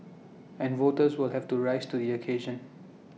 and voters will have to rise to the occasion